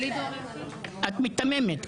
את מיתממת.